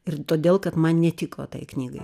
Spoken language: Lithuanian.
ir todėl kad man netiko tai knygai